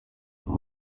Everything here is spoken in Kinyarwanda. mba